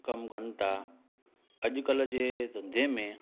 कमु कनि था अॼुकल्ह जे धंधे में